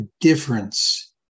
difference